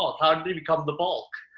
ah how did he become the bulk?